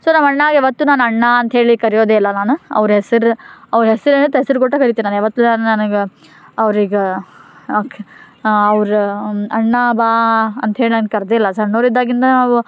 actually ನಮ್ಮ ಅಣ್ಣಾಗೆ ಯಾವತ್ತು ನಾನು ಅಣ್ಣ ಅಂಥೇಳಿ ಕರೆಯೋದೆ ಇಲ್ಲ ನಾನು ಅವ್ರ ಹೆಸ್ರು ಅವ್ರ ಹೆಸ್ರು ಏನು ಇರುತ್ತೆ ಹೆಸ್ರು ಕೊಟ್ಟೇ ಕರಿತೀನಿ ನಾನು ಯಾವತ್ತೂ ನಾನು ನನ್ಗೆ ಅವರೀಗ ಓಕೆ ಅವ್ರು ಅಣ್ಣ ಬಾ ಅಂಥೇಳಿ ನನ್ನ ಕರೆದಿಲ್ಲ ಸಣ್ಣವ್ರು ಇದ್ದಾಗಿಂದ ನಾವು